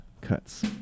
cuts